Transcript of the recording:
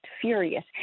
furious